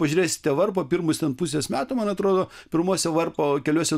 pažiūrėsite varpo pirmus ten pusės metų man atrodo pirmuose varpo keliuose